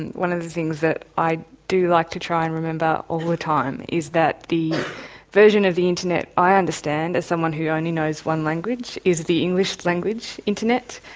and one of the things that i do like to try and remember all time is that the version of the internet i understand is someone who only knows one language, is the english language internet,